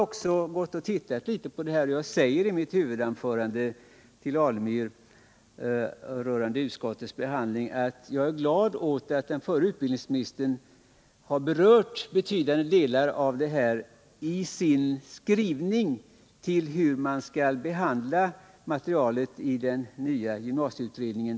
I mitt huvudanförande sade jag till Stig Alemyr rörande utskottets behandling att jag är glad över att den förre utbildningsministern berörde betydande delar av denna fråga i sin skrivning om hur man skall behandla materialet i den nya gymnasieutredningen.